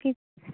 की